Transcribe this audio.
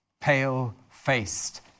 pale-faced